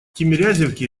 тимирязевке